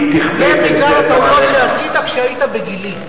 זה בגלל הטעויות שעשית כשהיית בגילי,